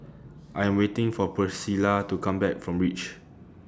I Am waiting For Pricilla to Come Back from REACH